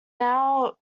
now